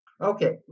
Okay